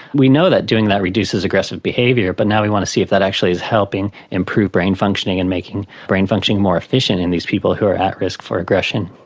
we know that doing that reduces aggressive behaviour, but now we want to see if that actually is helping improve brain functioning and making brain function more efficient in these people who are at risk for aggression.